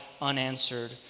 unanswered